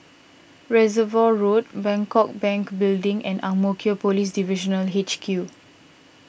Reservoir Road Bangkok Bank Building and Ang Mo Kio Police Divisional H Q